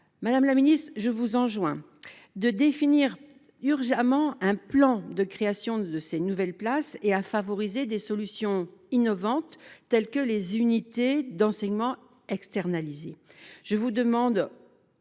Madame la ministre, je vous enjoins de définir urgemment un plan de création de ces nouvelles places et de favoriser des solutions innovantes, telles que les unités d’enseignement externalisées. Concrètement,